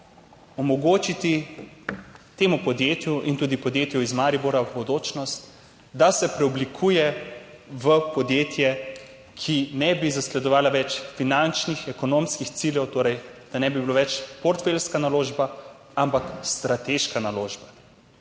omogočiti temu podjetju, in tudi podjetju iz Maribora Bodočnost, da se preoblikuje v podjetje, ki ne bi več zasledovalo finančnih, ekonomskih ciljev, torej da ne bi bila več portfeljska naložba, ampak strateška naložba.